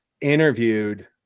interviewed